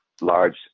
large